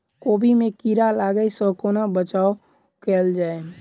कोबी मे कीड़ा लागै सअ कोना बचाऊ कैल जाएँ?